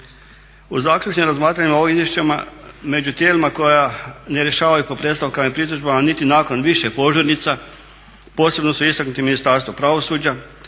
U zaključnim razmatranjima o izvješćima među tijelima koja ne rješavaju po predstavkama i pritužbama niti nakon više požurnica posebno su istaknuti Ministarstvo pravosuđa